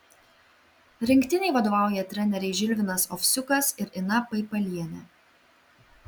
rinktinei vadovauja treneriai žilvinas ovsiukas ir ina paipalienė